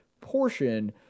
portion